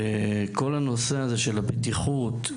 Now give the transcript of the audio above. וכל הנושא הזה של הבטיחות,